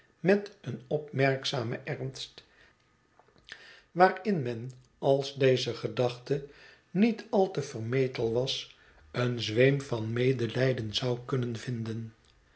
met een opmerkzamen ernst waarin men als deze gedachte niet al te vermetel was een zweem van medelijden zou kunnen vinden